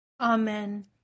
Amen